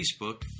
Facebook